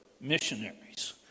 missionaries